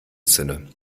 sinne